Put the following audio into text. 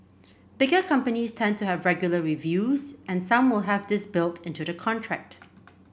bigger companies tend to have regular reviews and some will have this built into the contract